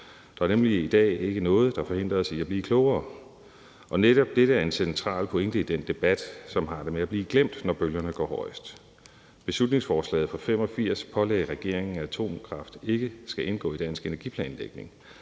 Der er nemlig i dag ikke noget, der forhindrer os i at blive klogere, og netop dette er en central pointe i den debat, som har det med at blive glemt, når bølgerne går højt. Beslutningsforslaget fra 1985 pålagde regeringen, at atomkraft ikke skal indgå i dansk energiplanlægning.